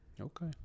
Okay